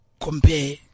compare